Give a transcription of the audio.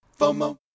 FOMO